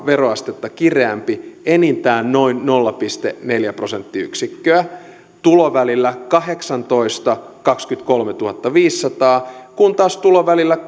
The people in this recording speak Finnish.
veroastetta kireämpi enintään noin nolla pilkku neljä prosenttiyksikköä tulovälillä kahdeksantoistatuhatta viiva kaksikymmentäkolmetuhattaviisisataa kun taas tulovälillä